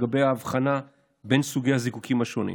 לגבי ההבחנה בין סוגי הזיקוקים השונים.